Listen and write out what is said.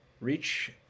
Reach